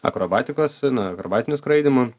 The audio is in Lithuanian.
akrobatikos na akrobatiniu skraidymu